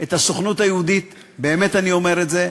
את הסוכנות היהודית, באמת אני אומר את זה,